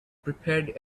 prepared